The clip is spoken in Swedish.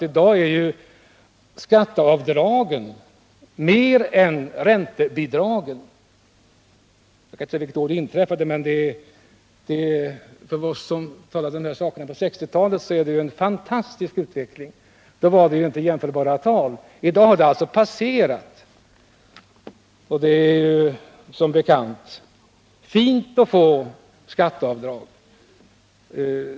I dag är skatteavdragen större än räntebidragen. För oss som höll på med detta på 1960-talet är det en fantastisk utveckling. Då var det inte jämförbara tal. Men i dag har avdragen passerat räntebidragen, och det är ju som bekant fint att få skatteavdrag.